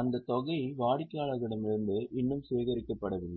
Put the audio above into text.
அந்த தொகை வாடிக்கையாளரிடமிருந்து இன்னும் சேகரிக்கப்படவில்லை